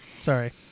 Sorry